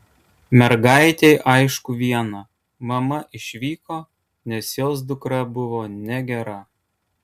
mergaitei aišku viena mama išvyko nes jos dukra buvo negera